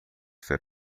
ser